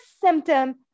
symptom